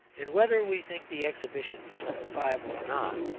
and whether we think the exhibition justifiable or not,